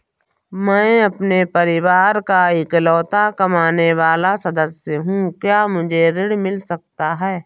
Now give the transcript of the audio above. मैं अपने परिवार का इकलौता कमाने वाला सदस्य हूँ क्या मुझे ऋण मिल सकता है?